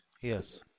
Yes